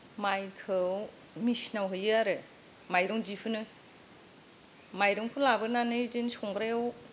माइखौ मिसिनाव होयो आरो माइरं दिहुनो माइरंखो लाबोनानै बिदिनो संग्रायाव